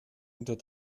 unter